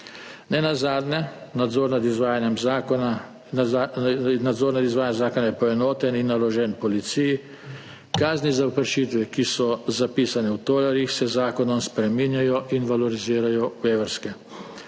Nenazadnje je nadzor nad izvajanjem zakona poenoten in naložen policiji, kazni za kršitve, ki so zapisane v tolarjih, se z zakonom spreminjajo in valorizirajo v evrske.